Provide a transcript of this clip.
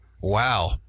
Wow